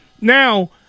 Now